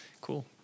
Cool